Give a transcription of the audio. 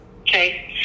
Okay